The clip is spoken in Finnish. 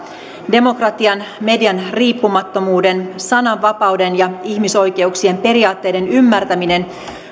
demokratian median riippumattomuuden sananvapauden ja ihmisoikeuksien periaatteiden ymmärtäminen